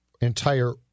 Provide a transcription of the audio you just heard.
entire